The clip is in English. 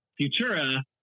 Futura